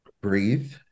breathe